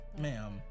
Ma'am